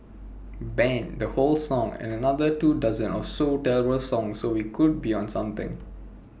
ban the whole song and another two dozen or so terrible songs and we would be on to something